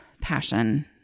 passion